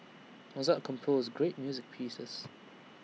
Mozart composed great music pieces